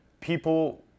People